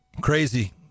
crazy